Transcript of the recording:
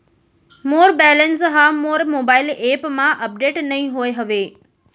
मोर balance हा मोर mobile app मा अपडेट नहीं होय हवे